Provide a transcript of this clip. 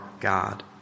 God